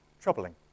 troubling